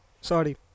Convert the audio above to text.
sorry